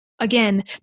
Again